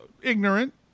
ignorant